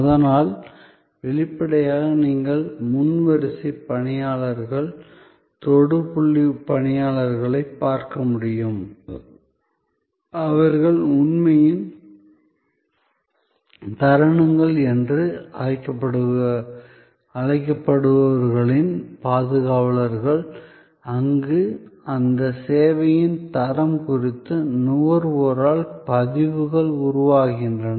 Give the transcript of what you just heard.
அதனால் வெளிப்படையாக நீங்கள் முன் வரிசை பணியாளர்கள் தொடு புள்ளி பணியாளர்களை பார்க்க முடியும் அவர்கள் உண்மையின் தருணங்கள் என்று அழைக்கப்படுபவர்களின் பாதுகாவலர்கள் அங்கு அந்த சேவையின் தரம் குறித்து நுகர்வோரால் பதிவுகள் உருவாகின்றன